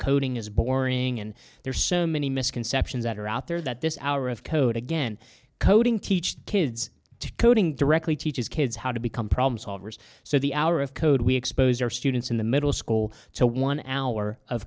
coding is boring and there are so many misconceptions that are out there that this hour of code again coding teach kids to coding directly teaches kids how to become problem solvers so the hour of code we expose our students in the middle school to one hour of